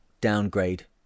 downgrade